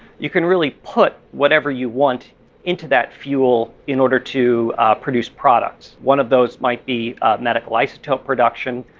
you can really put whatever you want into that fuel, in order to produce products. one of those might be medical isotope production.